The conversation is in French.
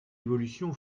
évolution